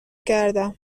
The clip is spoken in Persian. کردم